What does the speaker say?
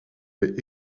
mais